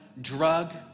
drug